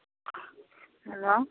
hello